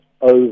over